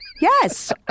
Yes